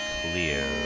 clear